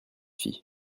fille